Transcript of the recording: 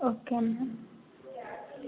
okay ma'am